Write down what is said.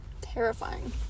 terrifying